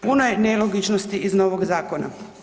Puno je nelogičnosti iz novog zakona.